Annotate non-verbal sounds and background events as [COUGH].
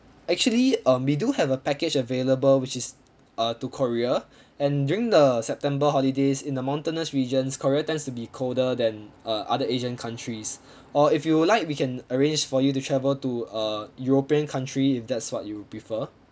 actually um we do have a package available which is uh to korea [BREATH] and during the september holidays in the mountainous regions korea tends to be colder than uh other asian countries [BREATH] or if you would like we can arrange for you to travel to uh european country if that's what you prefer